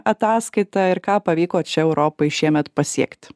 ataskaitą ir ką pavyko čia europai šiemet pasiekt